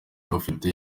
bafite